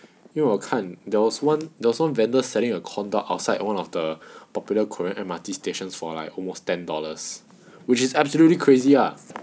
因为我看 there was one there was one vendors selling a corn dog outside like one of the popular korean M_R_T stations for like almost ten dollars which is absolutely crazy ah